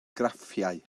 graffiau